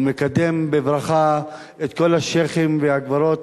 ומקדם בברכה את כל השיח'ים והגברות